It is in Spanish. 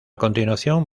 continuación